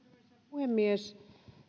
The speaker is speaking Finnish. puhemies